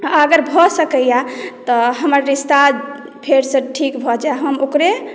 अगर भऽ सकैया तऽ हमर रिश्ता फेरसँ ठीक भऽ जाय हम एतबै